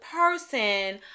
person